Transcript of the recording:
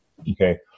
Okay